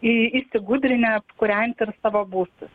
į įsigudrinę apkūrenti ir savo būstus